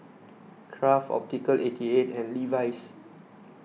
Kraft Optical eighty eight and Levi's